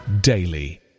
daily